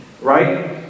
Right